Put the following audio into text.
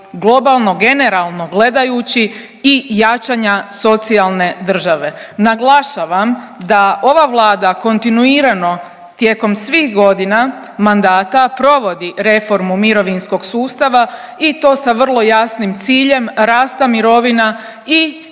globalno, generalno gledajući i jačanja socijalne države. Naglašavam da ova Vlada kontinuirano tijekom svih godina mandata provodi reformu mirovinskog sustava i to sa vrlo jasnim ciljem rasta mirovina i